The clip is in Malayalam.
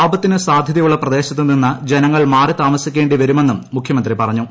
ആപത്തിന് സാധൃതയുള്ള പ്രദേശത്ത് നിന്ന് ജനങ്ങൾ മാറി താമസിക്കേണ്ടി വരുമെന്നും മുഖ്യമന്ത്രി പറഞ്ഞു